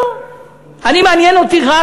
אני מעניין אותי רק,